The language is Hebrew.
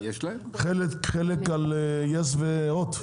חלק על יס והוט.